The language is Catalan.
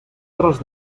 tros